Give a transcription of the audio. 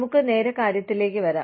നമുക്ക് നേരെ കാര്യത്തിലേക്ക് വരാം